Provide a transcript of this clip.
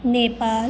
Nepal